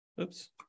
Oops